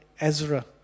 Ezra